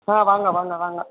ஆ வாங்க வாங்க வாங்க